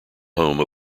home